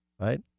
right